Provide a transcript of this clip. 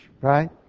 right